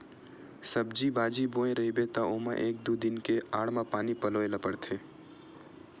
सब्जी बाजी बोए रहिबे त ओमा एक दू दिन के आड़ म पानी पलोए ल परथे